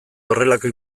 horrelako